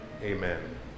Amen